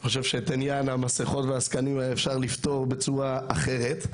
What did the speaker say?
אני חושב שאת עניין המסיכות והזקנים היה אפשר לפתור בצורה אחרת,